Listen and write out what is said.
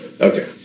Okay